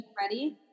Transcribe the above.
ready